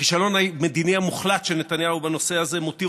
הכישלון המדיני המוחלט של נתניהו בנושא הזה מותיר